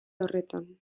horretan